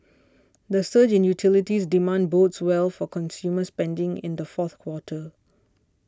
the surge in utilities demand bodes well for consumer spending in the fourth quarter